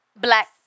black